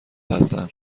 هستند